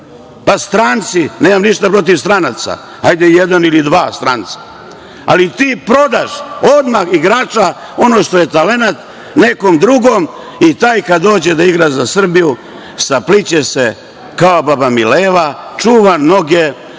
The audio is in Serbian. Pa stranci. Nemam ništa protiv stranaca, hajde jadan ili dva stranca, ali ti prodaš odmah igrača, ono što je talenat, nekom drugom i taj kada dođe da igra za Srbiju, sapliće se, kao baba Mileva, čuva noge,